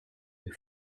des